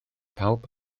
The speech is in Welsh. pawb